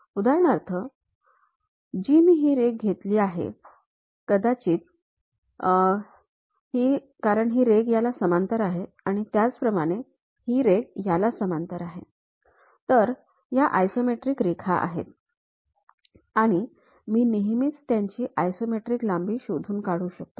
उदाहरणार्थ जे मी ही रेघ घेतली कदाचित ही कारण ही रेघ याला समांतर आहे आणि त्याचप्रमाणे ही रेघ याला समांतर आहे तर या आयसोमेट्रिक रेखा आहेत आणि मी नेहमीच त्यांची आयसोमेट्रिक लांबी शोधून काढू शकतो